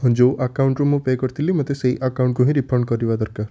ହଁ ଯେଉଁ ଆକାଉଣ୍ଟରୁ ମୁଁ ପେ' କରିଥିଲି ମୋତେ ସେହି ଆକାଉଣ୍ଟ ହିଁ ରିଫଣ୍ଡ କରିବା ଦରକାର